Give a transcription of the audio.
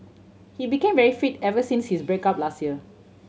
he became very fit ever since his break up last year